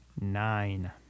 Nine